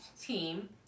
team